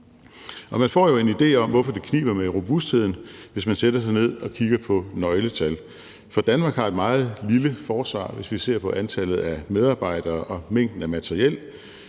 man får jo en idé om, hvor det kniber med robustheden, hvis man sætter sig ned og kigger på nøgletal, for Danmark har et meget lille forsvar, hvis vi ser på antallet af medarbejdere og mængden af materiel,